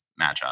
matchup